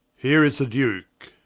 heere is the duke